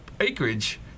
acreage